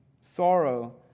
sorrow